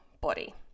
body